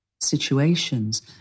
situations